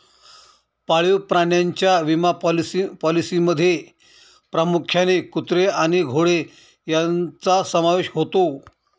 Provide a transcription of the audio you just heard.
पाळीव प्राण्यांच्या विमा पॉलिसींमध्ये प्रामुख्याने कुत्रे आणि घोडे यांचा समावेश होतो